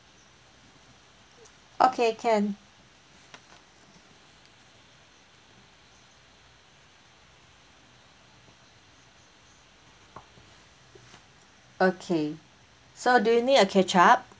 okay can okay so do you need a ketchup